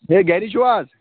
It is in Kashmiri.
ہے گری چھُوا